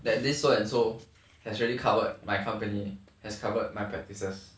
that this so and so has already covered my company has covered my practices